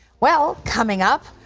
well, coming up,